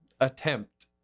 attempt